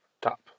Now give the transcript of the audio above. Top